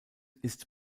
ist